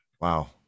wow